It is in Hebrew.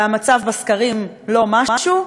והמצב בסקרים לא משהו,